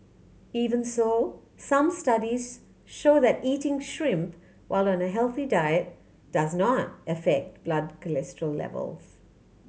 even so some studies show that eating shrimp while on a healthy diet does not affect blood cholesterol levels